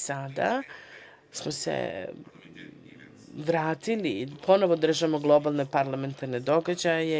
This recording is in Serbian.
Sada smo se vratili, ponovo držimo globalne parlamentarne događaje.